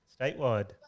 Statewide